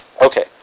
Okay